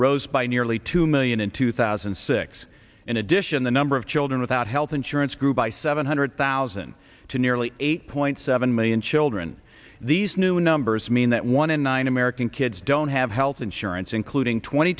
rose by nearly two million in two thousand and six in addition the number of children without health insurance grew by seven hundred thousand to nearly eight point seven million children these new numbers mean that one in nine american kids don't have health insurance including twenty